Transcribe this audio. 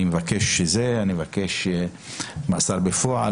היא מבקשת מאסר בפועל,